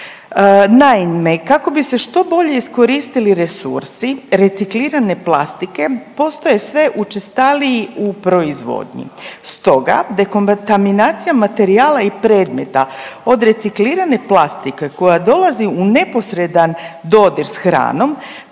Naime, kako bi se što bolje iskoristili resursi reciklirane plastike postoje sve učestaliji u proizvodnji. Stoga dekontaminacija materijala i predmeta od reciklirane plastike koja dolazi u neposredan dodir s hranom,